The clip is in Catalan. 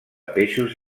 peixos